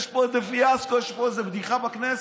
יש פה איזה פיאסקו, יש פה איזו בדיחה בכנסת.